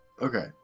Okay